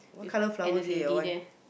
with and a lady there